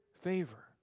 favor